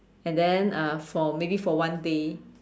and then uh for maybe for one day